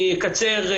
אני אקצר.